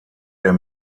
der